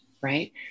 right